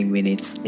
Minutes